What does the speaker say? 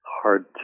hard